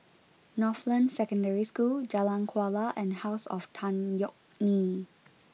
Northland Secondary School Jalan Kuala and House of Tan Yeok Nee